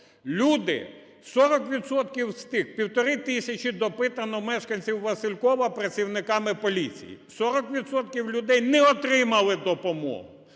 відсотків з тих, півтори тисячі допитано мешканців Василькова працівниками поліції. 40 відсотків людей не отримали допомогу,